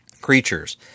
creatures